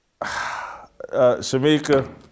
Shamika